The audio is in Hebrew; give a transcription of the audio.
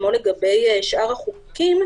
כמו לגבי שאר החוקים,